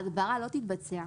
ההעברה לא תתבצע.